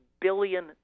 billion